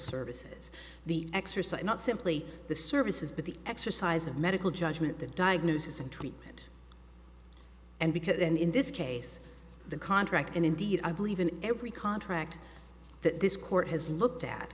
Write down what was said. services the exercise not simply the services but the exercise of medical judgment the diagnosis and treatment and because then in this case the contract and indeed i believe in every contract that this court has looked at